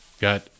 got